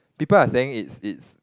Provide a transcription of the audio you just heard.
people are saying it's it's